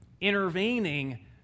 intervening